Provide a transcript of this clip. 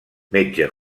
metge